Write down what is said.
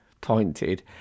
pointed